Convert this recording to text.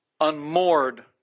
unmoored